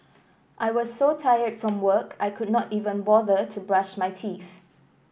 I was so tired from work I could not even bother to brush my teeth